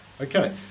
Okay